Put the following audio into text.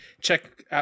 check